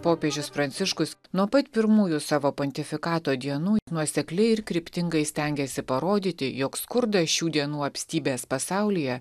popiežius pranciškus nuo pat pirmųjų savo pontifikato dienų nuosekliai ir kryptingai stengėsi parodyti jog skurdas šių dienų apstybės pasaulyje